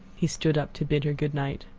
he stood up to bid her good night.